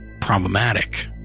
problematic